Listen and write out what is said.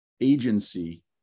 agency